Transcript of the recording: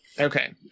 Okay